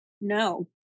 no